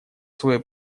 свое